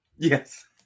Yes